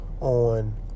on